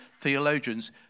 theologian's